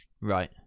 Right